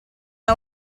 una